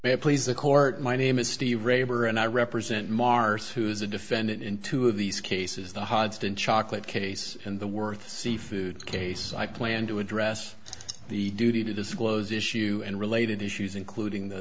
please the court my name is steve raber and i represent mars who is a defendant in two of these cases the hoddesdon chocolat case and the worth seafood case i plan to address the duty to disclose issue and related issues including the